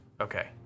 Okay